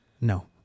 No